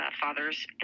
father's